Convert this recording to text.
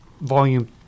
volume